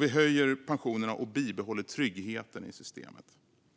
Vi höjer pensionerna och bibehåller tryggheten i systemet.